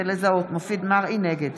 נגד